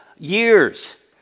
years